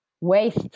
waste